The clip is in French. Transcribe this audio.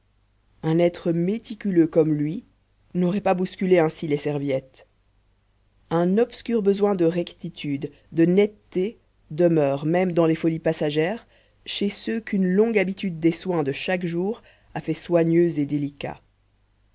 un être méticuleux comme lui n'aurait pas bousculé ainsi les serviettes un obscur besoin de rectitude de netteté demeure même dans les folies passagères chez ceux qu'une longue habitude des soins de chaque jour a faits soigneux et délicats